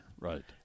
right